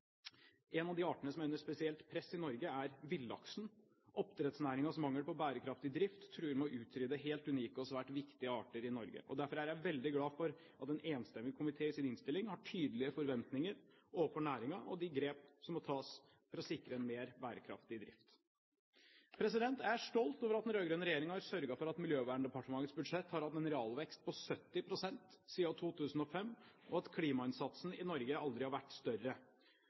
Én av de artene som er under spesielt press i Norge, er villaksen. Oppdrettsnæringens mangel på bærekraftig drift truer med å utrydde helt unike og svært viktige arter i Norge. Derfor er jeg veldig glad for at en enstemmig komité i sin innstilling har tydelige forventninger overfor næringen og de grep som må tas for å sikre en mer bærekraftig drift. Jeg er stolt over at den rød-grønne regjeringen har sørget for at Miljøverndepartementets budsjett har hatt en realvekst på 70 pst. siden 2005, og at klimainnsatsen i Norge aldri har vært større.